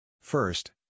First